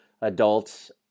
adults